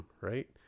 right